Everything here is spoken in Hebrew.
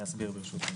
בפסקה זו: